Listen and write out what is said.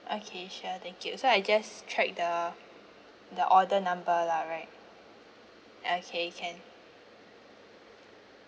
okay sure thank you so I just track the the order number lah right okay can